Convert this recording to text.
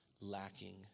lacking